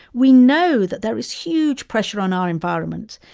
we know that there is huge pressure on our environment,